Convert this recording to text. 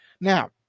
Now